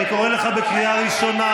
אני קורא אותך בקריאה ראשונה.